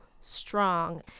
strong